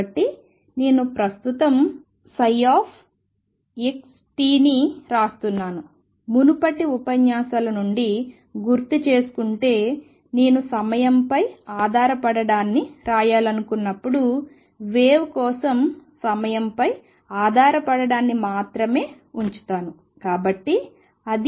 కాబట్టి నేను ప్రస్తుతం xt ని వ్రాస్తున్నాను మునుపటి ఉపన్యాసాల నుండి గుర్తుచేసుకుంటే నేను సమయం పై ఆధారపడటాన్ని వ్రాయాలనుకున్నప్పుడు వేవ్ కోసం సమయం పై ఆధారపడటాన్ని మాత్రమే ఉంచుతాను